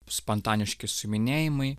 spontaniški suiminėjimai